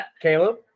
Caleb